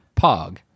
pog